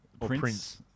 Prince